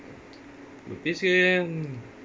this year end